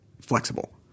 flexible